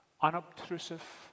unobtrusive